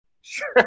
Sure